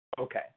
Okay